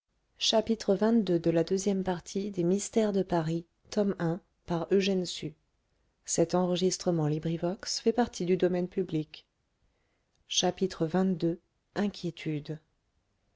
les mystères de paris tome i by eugène sue